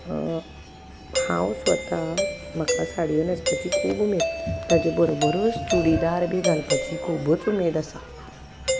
हांव स्वता म्हाका साडयो न्हेंसपाची खूब उमेद ताचे बरोबरूच चुडीदार बी घालपाची खुबूच उमेद आसा